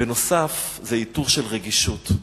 ובנוסף, עיטור של רגישות.